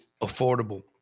affordable